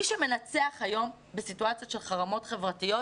מי שמנצח היום בסיטואציות של חרמות חברתיות,